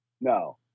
No